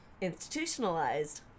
institutionalized